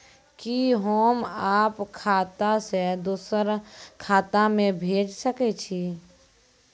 कि होम आप खाता सं दूसर खाता मे भेज सकै छी?